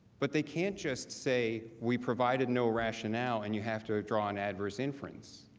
but they can't just say we provided no rationale, and you have to draw an adverse inference.